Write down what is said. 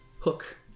hook